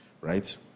right